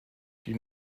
die